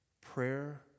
Prayer